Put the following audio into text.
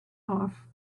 off